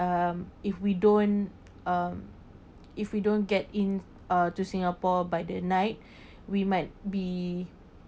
um if we don't um if we don't get in uh to singapore by the night we might be